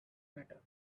matter